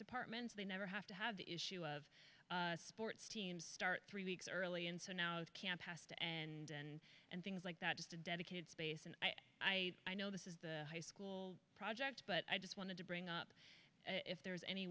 departments they never have to have the issue of sports teams start three weeks early and so now it can pass to and and and things like that just a dedicated space and i i i know this is the high school project but i just wanted to bring up if there is any